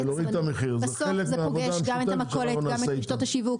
המדינה ------ בסוף זה פוגש גם את המכולת וגם את הסופר.